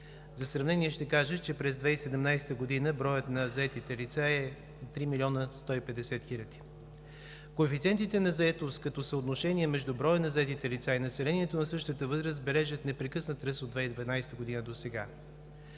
За сравнение ще кажа, че през 2017 г. броят на заетите лица е 3 млн. 150 хил. Коефициентите на заетост между броя на заетите лица и населението на същата възраст бележат непрекъснат ръст от 2012 г. досега,